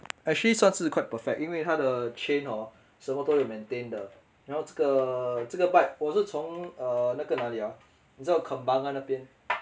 actually 算是 quite perfect 因为它的 chain hor 什么都有 maintain 的然后这个这个 bike 我是从 err 那个哪里啊你知道 kembangan 那边